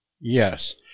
Yes